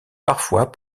parfois